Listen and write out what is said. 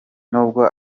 nubwo